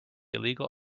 illegal